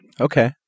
Okay